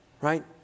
right